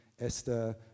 esther